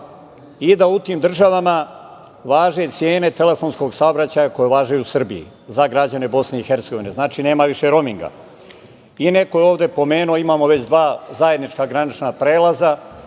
i da u tim državama važe cene telefonskog saobraćaja koje važe i u Srbiji, za građane BiH, znači, nema više rominga. Neko je ovde pomenuo, imamo već dva zajednička granična prelaza,